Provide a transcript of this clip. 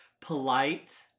polite